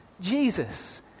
Jesus